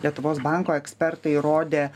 lietuvos banko ekspertai rodė